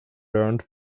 learned